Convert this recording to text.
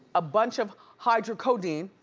a bunch of hydro codeine.